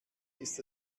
ist